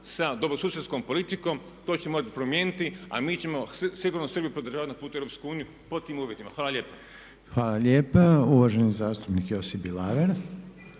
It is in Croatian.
sa dobrosusjedskom politikom, to će se morati promijeniti. A mi ćemo sigurno Srbiju podržavati na putu u EU pod tim uvjetima. Hvala lijepa. **Reiner, Željko (HDZ)** Hvala lijepa. Uvaženi zastupnik Josip Bilaver.